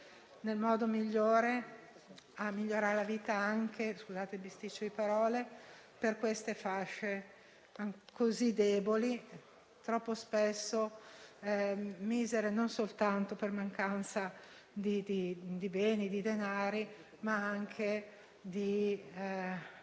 quando riusciremo a migliorare la vita anche di queste fasce così deboli e troppo spesso misere non soltanto per mancanza di beni e di denari ma anche di